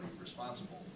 responsible